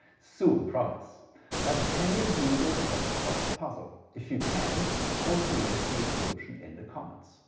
soon promise but can you do the red cross puzzle? if you can post a link to your solution in the comments